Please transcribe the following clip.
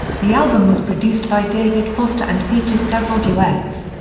the album was produced by david foster and features several duets,